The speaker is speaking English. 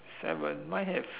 seven mine have